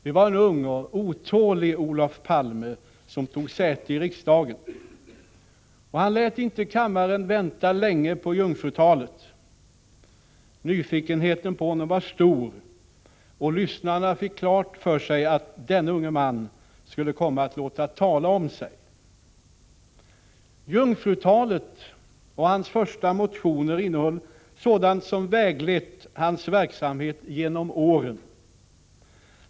Det var en ung och otålig Olof Palme som tog säte i riksdagen, och han lät inte kammaren vänta länge på jungfrutalet. Nyfikenheten på honom var stor, och lyssnarna fick klart för sig att denne unge man skulle komma att låta tala om sig. Jungfrutalet och hans första motioner innehöll sådant som väglett hans verksamhet genom åren.